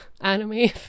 anime